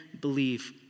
believe